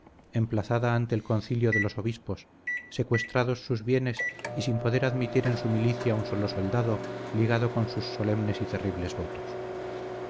emplazada ante el concilio de los obispos secuestrados sus bienes y sin poder admitir en su milicia un solo soldado ligado con sus solemnes y terribles votos